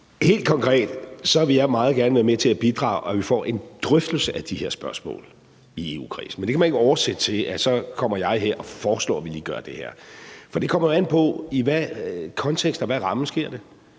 helt vanvittigt – meget gerne være med til at bidrage til, at vi får en drøftelse af de her spørgsmål i EU-kredsen. Men det kan man ikke oversætte til, at jeg så kommer her og foreslår, at vi lige gør det her. For det kommer jo an på, i hvilken kontekst og ramme det